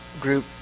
group